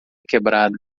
quebrada